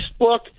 Facebook